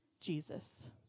Jesus